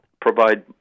provide